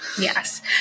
Yes